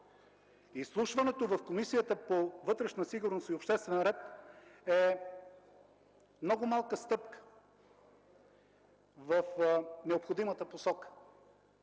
Изслушването в Комисията по вътрешна сигурност и обществен ред е много малка стъпка в необходимата посока.